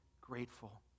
grateful